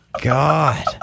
god